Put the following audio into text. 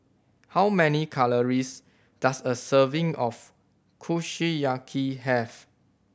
how many calories does a serving of Kushiyaki have